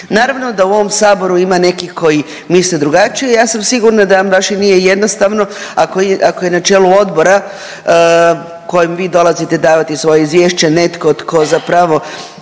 Naravno da u ovom Saboru ima nekih koji misle drugačije, ja sam sigurna da vam baš i nije jednostavno ako je na čelu odbora kojem vi dolazite davati svoje izvješće netko tko zapravo